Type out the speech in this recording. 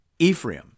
Ephraim